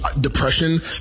depression